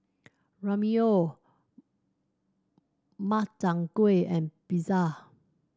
Ramyeon Makchang Gui and Pizza